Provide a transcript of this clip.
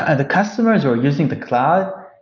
ah the customers who are using the cloud,